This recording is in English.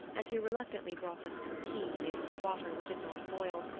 and who reluctantly brought them some tea made with water which had not boiled,